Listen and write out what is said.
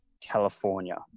California